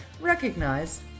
recognize